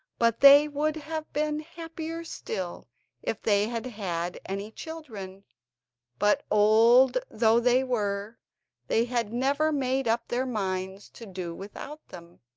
but they would have been happier still if they had had any children but old though they were they had never made up their minds to do without them,